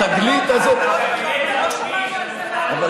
התגלית הזאת, לא שמענו על זה מעולם.